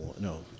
No